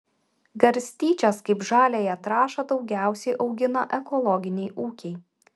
garstyčias kaip žaliąją trąšą daugiausiai augina ekologiniai ūkiai